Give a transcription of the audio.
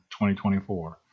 2024